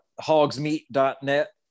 hogsmeat.net